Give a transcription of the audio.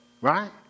Right